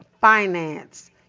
Finance